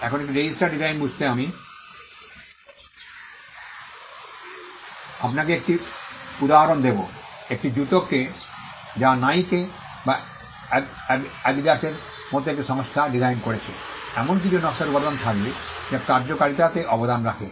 এখন একটি register design বুঝতে আমি আপনাকে এই উদাহরণটি দেব একটি জুতো যা নাইকে বা অ্যাডিডাসের মতো একটি সংস্থা ডিজাইন করেছে এমন কিছু নকশার উপাদান থাকবে যা কার্যকারিতাতে অবদান রাখে